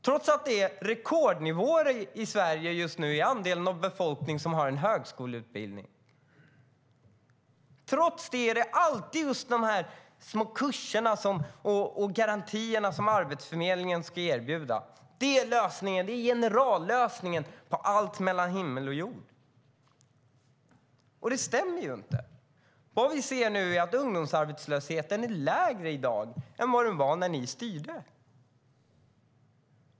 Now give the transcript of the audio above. Trots att det just nu är rekordnivåer i Sverige för andelen av befolkningen som har en högskoleutbildning är det alltid små kurser och garantier som Arbetsförmedlingen erbjuder som är generallösningen på allt mellan himmel och jord. Men det stämmer ju inte. Vad vi nu ser är att ungdomsarbetslösheten är lägre i dag än vad den var när ni styrde.